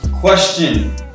question